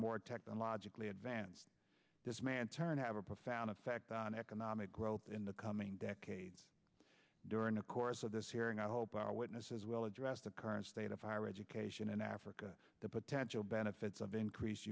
more technologically advanced this man turn to have a profound effect on economic growth in the coming decades during the course of this hearing i hope our witnesses will address the current state of higher education in africa the potential benefits of increased